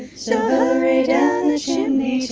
so down the chimney,